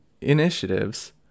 initiatives